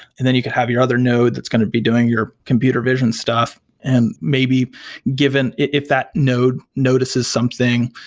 and then you could have your other node that's going to be doing your computer vision stuff and maybe given if that node notices something,